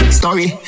story